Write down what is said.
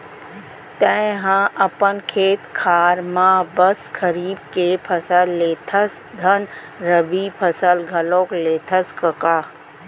तैंहा अपन खेत खार म बस खरीफ के फसल लेथस धन रबि फसल घलौ लेथस कका?